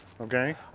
Okay